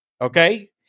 Okay